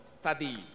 study